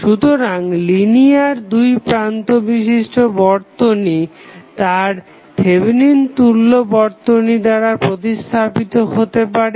সুতরাং লিনিয়ার দুই প্রান্ত বিশিষ্ট বর্তনী তার থেভেনিন তুল্য বর্তনী দ্বারা প্রতিস্থাপিত হতে পারে